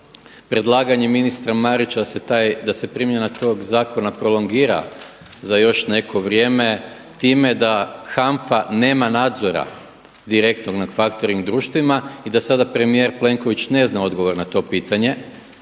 predlaganje ministra Marića da se taj, da se primjena tog zakona prolongira za još neko vrijeme, time da HANF-a nema nadzora, direktnog nad factoring društvima i da sada premijer Plenković ne zna odgovor na to pitanje,